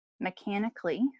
mechanically